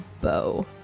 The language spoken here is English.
bow